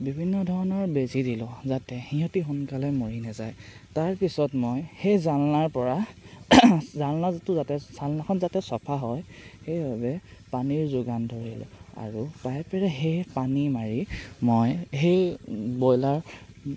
বিভিন্ন ধৰণৰ বেজী দিলোঁ যাতে সিহঁতি সোনকালে মৰি নাযায় তাৰপিছত মই সেই জালনাৰ পৰা জালনাটো যাতে জালনাখন যাতে চফা হয় সেইবাবে পানীৰ যোগান ধৰিলোঁ আৰু পাইপেৰে সেই পানী মাৰি মই সেই ব্ৰইলাৰ